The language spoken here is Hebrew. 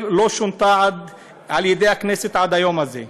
ולא שונתה על ידי הכנסת עד היום הזה.